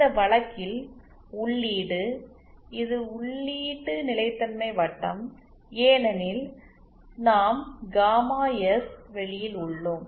இந்த வழக்கில் உள்ளீடு இது உள்ளீட்டு நிலைத்தன்மை வட்டம் ஏனெனில் நாம் காமா எஸ் வெளியில் உள்ளோம்